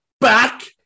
Back